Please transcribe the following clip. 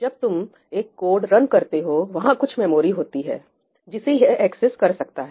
जब तुम एक कोड रन करते हो वहां कुछ मेमोरी होती है जिसे यह एक्सेस कर सकता है